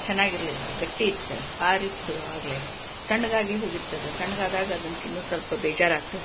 ಚೆನ್ನಾಗಿರಲಿಲ್ಲ ಗಟ್ಟಿಯಿತ್ತು ಆರಿತ್ತು ಆಗಲೇ ತಣ್ಣಗಾಗಿ ಹೋಗಿತ್ತದು ತಣ್ಣಗಾದಾಗ ಅದನ್ನು ತಿನ್ನೂದ ಸ್ವಲ್ಪ ಬೇಜಾರತ